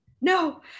No